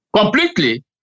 completely